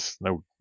no